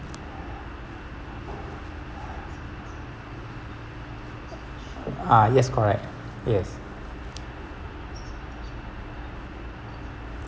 ah yes correct yes